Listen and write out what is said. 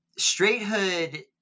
straighthood